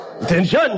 Attention